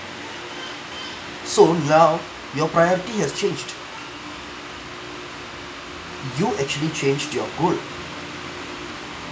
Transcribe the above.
so now your priority has changed you actually changed your goal